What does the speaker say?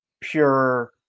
pure